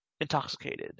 intoxicated